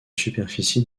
superficie